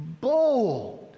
bold